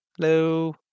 Hello